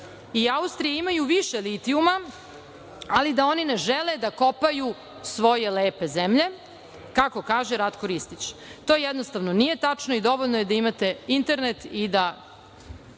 i Austrija imaju više litijuma ali da oni ne žele da kopaju svoje lepe zemlje, kako kaže Ratko Ristić. To jednostavno nije tačno i dovoljno je da imate internet i da